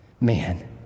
Man